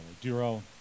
Duro